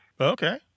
Okay